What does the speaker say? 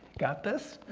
got this?